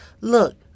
Look